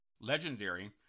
legendary